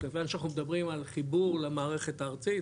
כיוון שאנחנו מדברים על חיבור למערכת הארצית,